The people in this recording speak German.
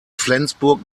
flensburg